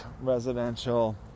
residential